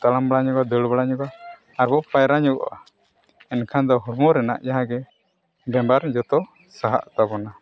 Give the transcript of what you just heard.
ᱛᱟᱲᱟᱢ ᱵᱟᱲᱟ ᱧᱚᱜᱼᱟ ᱫᱟᱹᱲ ᱵᱟᱲᱟ ᱧᱚᱜᱟ ᱟᱨ ᱵᱚ ᱯᱟᱭᱨᱟ ᱧᱚᱜᱼᱟ ᱮᱱᱠᱷᱟᱱ ᱫᱚ ᱦᱚᱲᱢᱚ ᱨᱮᱱᱟᱜ ᱡᱟᱦᱟᱸ ᱜᱮ ᱵᱤᱢᱟᱨ ᱡᱚᱛᱚ ᱥᱟᱦᱟᱜ ᱛᱟᱵᱚᱱᱟ